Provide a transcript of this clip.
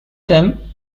them